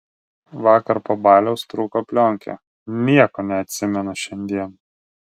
vakar po baliaus trūko plionkė nieko neatsimenu šiandien